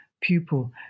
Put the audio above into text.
pupil